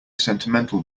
sentimental